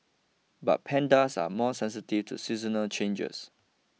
but pandas are more sensitive to seasonal changes